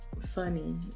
funny